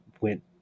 went